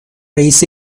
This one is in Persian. رئیس